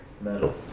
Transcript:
Metal